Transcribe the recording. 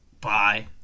bye